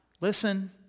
Listen